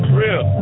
real